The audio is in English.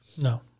No